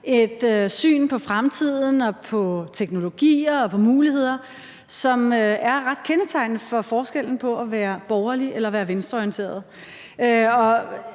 et syn på fremtiden og på teknologier og på muligheder, som er ret kendetegnende for forskellen på at være borgerlig eller være venstreorienteret.